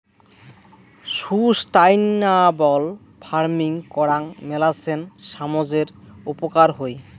sustainable farming করাং মেলাছেন সামজের উপকার হই